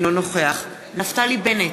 אינו נוכח נפתלי בנט,